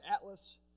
Atlas